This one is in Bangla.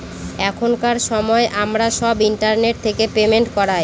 এখনকার সময় আমরা সব ইন্টারনেট থেকে পেমেন্ট করায়